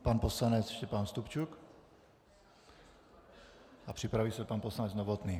Pan poslanec Štěpán Stupčuk a připraví se pan poslanec Novotný.